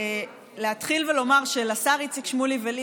ולהתחיל ולומר שלשר איציק שמולי ולי